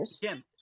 Kim